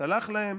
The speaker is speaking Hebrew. סלח להם